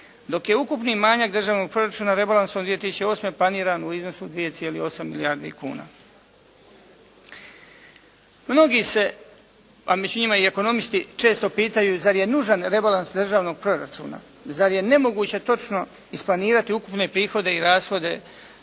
Dok je ukupni manjak državnog proračuna rebalansom 2008. planiran u iznosu 2,8 milijardi kuna. Mnogi se, a među njima i ekonomisti, često pitaju zar je nužan rebalans državnog proračuna, zar je nemoguće točno isplanirati ukupne prihode i rashode